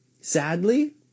sadly